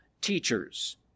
teachers